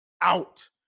out